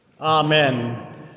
amen